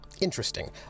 interesting